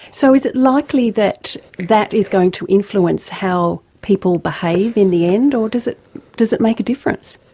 so is it likely that that is going to influence how people behave in the end or does it does it make a difference?